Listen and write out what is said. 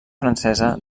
francesa